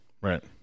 right